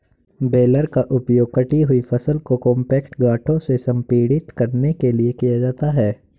baler का उपयोग कटी हुई फसल को कॉम्पैक्ट गांठों में संपीड़ित करने के लिए किया जाता है